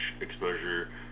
exposure